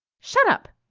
shut up!